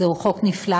זהו חוק נפלא,